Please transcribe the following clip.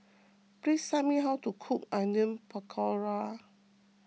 please tell me how to cook Onion Pakora